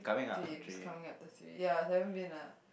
three if it's coming after three ya it's never been a